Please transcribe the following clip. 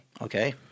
Okay